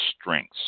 strengths